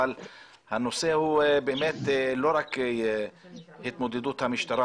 אבל הנושא הוא באמת לא רק התמודדות המשטרה